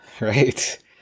Right